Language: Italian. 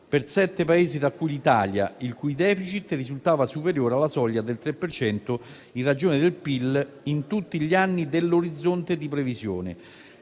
per sette Paesi, tra cui l'Italia, il cui *deficit* risultava superiore alla soglia del 3 per cento in ragione del PIL in tutti gli anni dell'orizzonte di previsione.